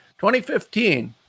2015